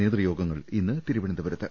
നേതൃയോഗങ്ങൾ ഇന്ന് തിരുവനന്തപുരത്ത്